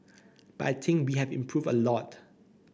but I think we have improved a lot